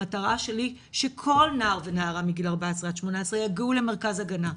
המטרה שלי היא שכל נער ונערה מגיל 14 עד 18 יגיעו למרכז הגנה,